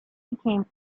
became